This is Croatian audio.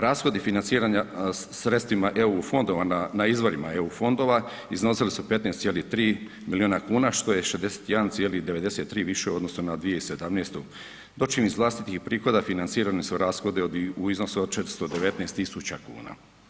Rashodi financiranja sredstvima EU fondova na izvorima EU fondova iznosi su 15,3 miliona kuna što je 61,93 više u odnosu na 2017., dočim iz vlastitih prihoda financirani su rashodi u iznosu od 419.000 kuna.